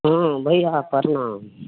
हँ भैया प्रणाम